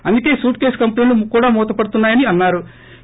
అందుకే సూట్కేస్ కంపెనీలు కూడా మూతపడుతున్నా యన్నా రు